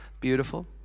Beautiful